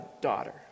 daughter